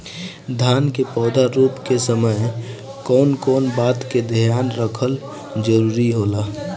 धान के पौधा रोप के समय कउन कउन बात के ध्यान रखल जरूरी होला?